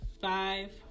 five